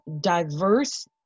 diverse